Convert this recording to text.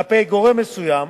כלפי גורם מסוים,